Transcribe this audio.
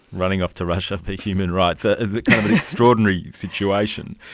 running off to russia for human rights, ah an extraordinary situation!